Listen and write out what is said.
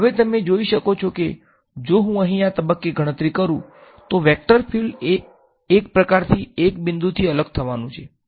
હવે તમે જોઈ શકો છો કે જો હું અહીં આ તબક્કે ગણતરી કરું છું તો વેક્ટર ફીલ્ડ એક પ્રકારથી એક બિંદુથી અલગ થવાનું છે